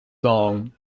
song